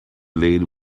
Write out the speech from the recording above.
lane